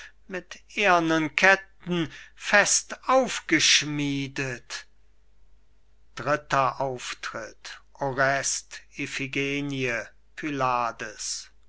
mit ehrnen ketten fest aufgeschmiedet dritter auftritt orest iphigenie pylades